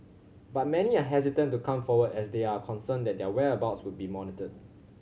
but many are hesitant to come forward as they are concerned that their whereabouts would be monitored